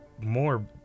more